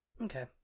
Okay